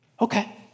Okay